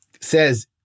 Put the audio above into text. says